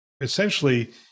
essentially